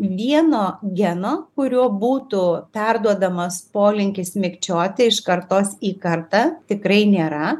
vieno geno kuriuo būtų perduodamas polinkis mikčioti iš kartos į kartą tikrai nėra